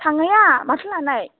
थांनाया माथो लानाय